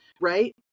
right